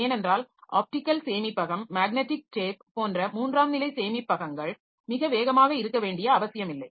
ஏனென்றால் ஆப்டிகல் சேமிப்பகம் magnetic tape போன்ற மூன்றாம் நிலை சேமிப்பகங்கள் மிக வேகமாக இருக்க வேண்டிய அவசியமில்லை